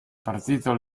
partito